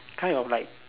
kind of like